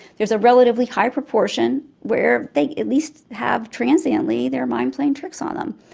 there is a relatively high proportion where they at least have transiently their mind playing tricks on them.